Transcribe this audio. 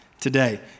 today